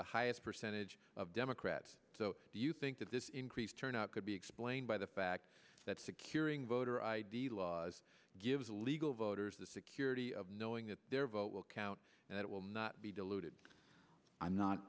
the highest percentage of mcgrath so do you think that this increased turnout could be explained by the fact that securing voter id laws gives illegal voters the security of knowing that their vote will count and it will not be diluted i'm not